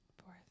Fourth